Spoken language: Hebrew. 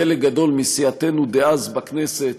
חלק גדול מסיעתנו דאז בכנסת